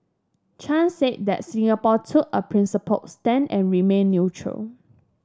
Chan said that Singapore took a principled stand and remained neutral